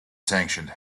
sanctioned